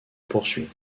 poursuit